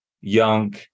young